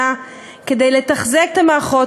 כדי לתחזק את המערכות,